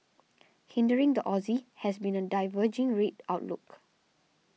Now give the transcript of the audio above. hindering the Aussie has been a diverging rate outlook